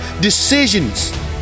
decisions